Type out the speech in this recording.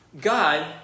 God